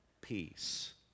peace